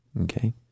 Okay